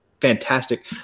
fantastic